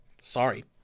sorry